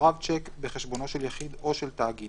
סורב שיק בחשבונו של יחיד או של תאגיד,